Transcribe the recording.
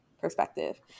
perspective